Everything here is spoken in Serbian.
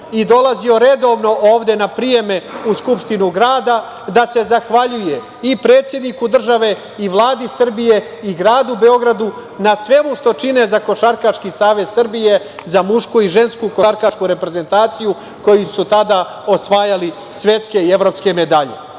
i dolazio redovno ovde na prijeme u Skupštinu Grada da se zahvaljuje i predsedniku države, Vladi Srbije i Gradu Beogradu na svemu što čine za KSS, za mušku i žensku košarkašku reprezentaciju koji su tada osvajali svetske i evropske medalje. Onog